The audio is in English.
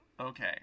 Okay